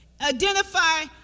identify